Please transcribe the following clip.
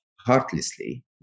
heartlessly